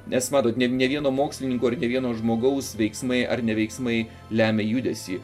nes matot ne ne vieno mokslininko ir ne vieno žmogaus veiksmai ar ne veiksmai lemia judesį